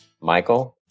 Michael